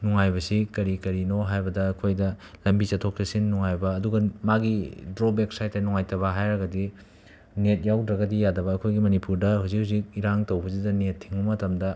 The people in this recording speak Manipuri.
ꯅꯨꯡꯉꯥꯏꯕꯁꯤ ꯀꯔꯤ ꯀꯔꯤꯅꯣ ꯍꯥꯏꯕꯗ ꯑꯩꯈꯣꯏꯗ ꯂꯝꯕꯤ ꯆꯠꯊꯣꯛ ꯆꯠꯁꯤꯟ ꯅꯨꯡꯉꯥꯏꯕ ꯑꯗꯨꯒ ꯃꯥꯒꯤ ꯗ꯭ꯔꯣꯕꯦꯛꯁ ꯍꯥꯏꯕ ꯇꯥꯔꯦ ꯅꯨꯡꯉꯥꯏꯇꯕ ꯍꯥꯏꯔꯒꯗꯤ ꯅꯦꯠ ꯌꯥꯎꯗ꯭ꯔꯒꯗꯤ ꯌꯥꯗꯕ ꯑꯩꯈꯣꯏ ꯃꯅꯤꯄꯨꯔꯗ ꯍꯧꯖꯤꯛ ꯍꯧꯖꯤꯛ ꯏꯔꯥꯡ ꯇꯧꯕꯁꯤꯗ ꯅꯦꯠ ꯊꯤꯡꯕ ꯃꯇꯝꯗ